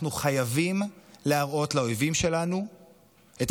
אנחנו חייבים להראות לאויבים שלנו את